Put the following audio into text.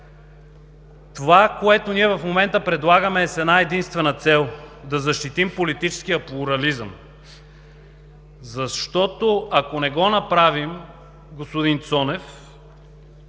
Това, което ние в момента предлагаме, е с една-единствена цел – да защитим политическия плурализъм, защото, ако не го направим, господин Цонев,